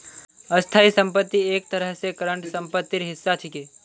स्थाई संपत्ति एक तरह स करंट सम्पत्तिर हिस्सा छिके